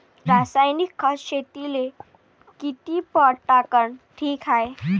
रासायनिक खत शेतीले किती पट टाकनं ठीक हाये?